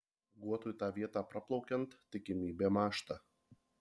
guotui tą vietą praplaukiant tikimybė mąžta